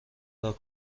راه